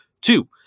Two